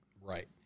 Right